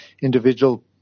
individual